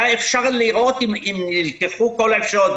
היה אפשר לראות אם נלקחו בחשבון כל האפשרויות.